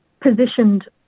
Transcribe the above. positioned